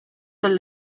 del